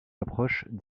approche